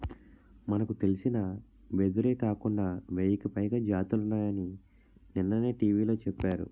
మనకు తెలిసిన వెదురే కాకుండా వెయ్యికి పైగా జాతులున్నాయని నిన్ననే టీ.వి లో చెప్పారు